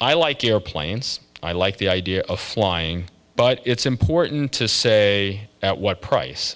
i like airplanes i like the idea of flying but it's important to say at what price